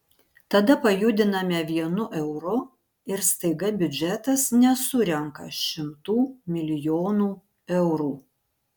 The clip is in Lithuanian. tada pajudiname vienu euru ir staiga biudžetas nesurenka šimtų milijonų eurų